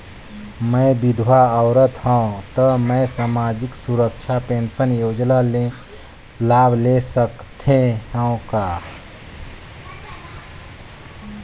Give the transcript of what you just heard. मैं विधवा औरत हवं त मै समाजिक सुरक्षा पेंशन योजना ले लाभ ले सकथे हव का?